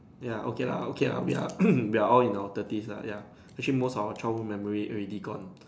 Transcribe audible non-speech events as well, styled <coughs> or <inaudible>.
ya okay lah okay lah we are <coughs> we are all in our thirties ah ya actually most of our childhood memory already gone